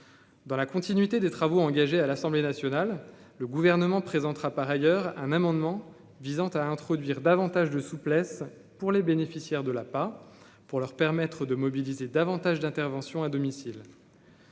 dans la continuité des travaux engagés à l'Assemblée nationale, le gouvernement présentera par ailleurs un amendement visant à introduire davantage de souplesse pour les bénéficiaires de la pas pour leur permettre de mobiliser davantage d'intervention à domicile.